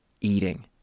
eating